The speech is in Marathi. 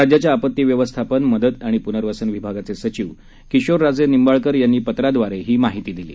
राज्याच्या आपत्ती व्यवस्थापन मदत आणि पुनर्वसन विभागाचे सचिव किशोर राजे निंबाळकर यांनी पत्राद्वारे ही माहिती दिली आहे